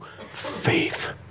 faith